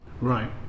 Right